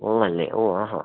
ഉള്ളു അല്ലേ ഓ ആഹാ